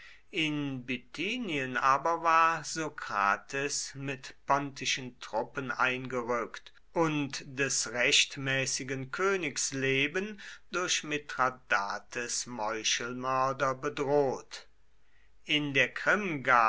in bithynien aber war sokrates mit pontischen truppen eingerückt und des rechtmäßigen königs leben durch mithradates meuchelmörder bedroht in der krim